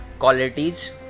qualities